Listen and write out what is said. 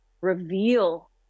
reveal